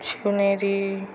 Shivneri